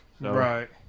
Right